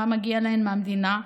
מה מגיע להן מהמדינה,